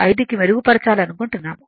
95 కి మెరుగుపరచాలనుకుంటున్నాము